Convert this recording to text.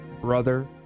brother